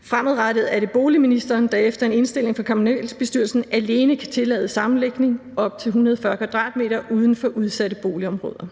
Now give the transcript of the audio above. Fremadrettet er det boligministeren, der efter en indstilling fra kommunalbestyrelsen alene kan tillade sammenlægning op til 140 m² uden for udsatte boligområder.